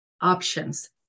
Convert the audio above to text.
options